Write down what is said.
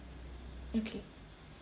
okay